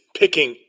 picking